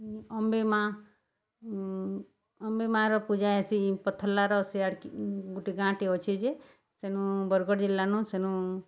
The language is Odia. ଅମ୍ବେ ମା' ଅମ୍ବେ ମା'ର ପୂଜା ହେସି ପଥର୍ଲାର ସେଆଡ଼କେ ଗୁଟେ ଗାଁଟେ ଅଛେ ଯେ ସେନୁ ବର୍ଗଡ଼୍ ଜିଲ୍ଲାନୁ ସେନୁ